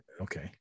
Okay